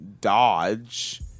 Dodge